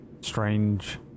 strange